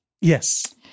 Yes